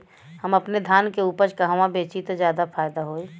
हम अपने धान के उपज कहवा बेंचि त ज्यादा फैदा होई?